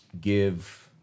give-